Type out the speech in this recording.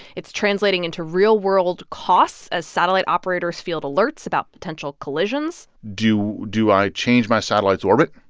it's translating into real-world costs as satellite operators field alerts about potential collisions do do i change my satellite's orbit?